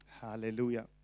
Hallelujah